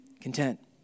content